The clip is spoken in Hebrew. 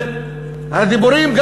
והדיבורים,